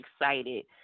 excited